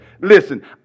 Listen